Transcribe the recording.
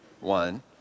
One